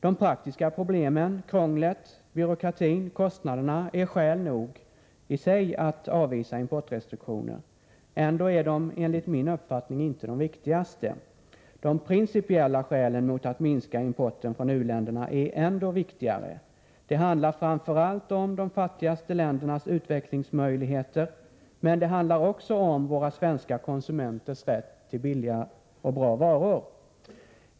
De praktiska problemen, krånglet, byråkratin och kostnaderna är skäl nog i sig att avvisa importrestriktioner. Ändå är de, enligt min uppfattning, inte de viktigaste. De principiella skälen mot att minska importen från u-länderna är viktigare. Det handlar framför allt om de fattigaste ländernas utvecklingsmöjligheter, men det handlar också om våra svenska konsumenters rätt till billiga och bra varor.